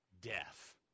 death